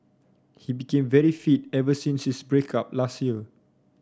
he became very fit ever since his break up last year